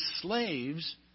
slaves